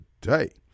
today